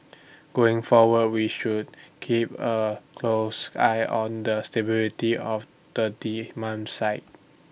going forward we should keep A close eye on the stability of the demand side